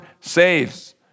saves